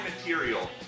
material